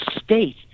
state